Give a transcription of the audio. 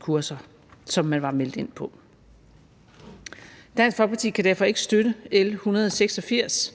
kurser, som man var meldt ind på. Dansk Folkeparti kan derfor ikke støtte L 186,